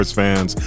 fans